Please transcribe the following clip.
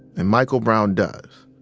and michael brown does.